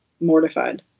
mortified